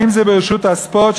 אם ברשות הספורט,